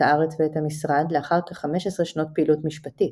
הארץ ואת המשרד לאחר כחמש עשרה שנות פעילות משפטית.